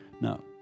No